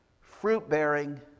fruit-bearing